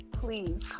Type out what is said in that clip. Please